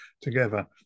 together